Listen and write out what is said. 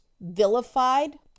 vilified